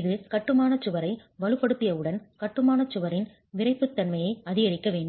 இது கட்டுமான சுவரை வலுப்படுத்தியவுடன் கட்டுமான சுவரின் விறைப்புத்தன்மையை அதிகரிக்க வேண்டும்